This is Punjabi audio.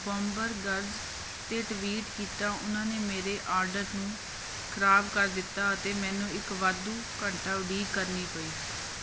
ਬੌਂਬਰਗਰਜ਼ 'ਤੇ ਟਵੀਟ ਕੀਤਾ ਉਨ੍ਹਾਂ ਨੇ ਮੇਰੇ ਆਡਰ ਨੂੰ ਖਰਾਬ ਕਰ ਦਿੱਤਾ ਅਤੇ ਮੈਨੂੰ ਇੱਕ ਵਾਧੂ ਘੰਟਾ ਉਡੀਕ ਕਰਨੀ ਪਈ